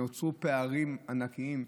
נוצרו פערים ענקיים,